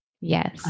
yes